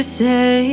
say